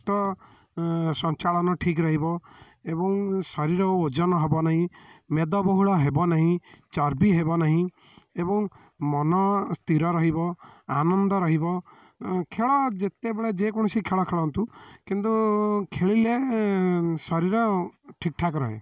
ରକ୍ତ ସଞ୍ଚାଳନ ଠିକ ରହିବ ଏବଂ ଶରୀର ଓଜନ ହେବ ନାହିଁ ମେଦ ବହୁଳ ହେବ ନାହିଁ ଚର୍ବି ହେବ ନାହିଁ ଏବଂ ମନ ସ୍ଥିର ରହିବ ଆନନ୍ଦ ରହିବ ଖେଳ ଯେତେବେଳେ ଯେକୌଣସି ଖେଳ ଖେଳନ୍ତୁ କିନ୍ତୁ ଖେଳିଲେ ଶରୀର ଠିକଠାକ ରୁହେ